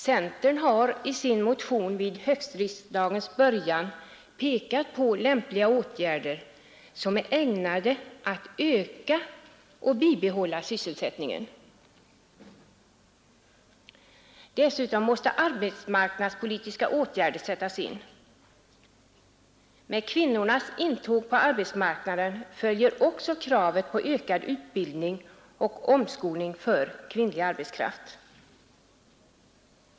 Centern har i sin motion vid höstriksdagens början pekat på lämpliga åtgärder som är ägnade att öka och bibehålla sysselsättningen. Dessutom måste arbetsmarknadspolitiska åtgärder sättas in. Med kvinnornas intåg på arbetsmarknaden följer också kravet på ökad utbildning och omskolning för kvinnlig arbetskraft.